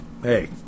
Hey